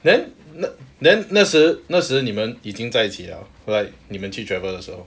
then then 那时那时你们已经在一起了 like 你们去 travel 的时候